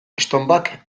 estonbak